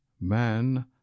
man